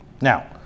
Now